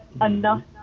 enough